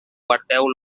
guardeu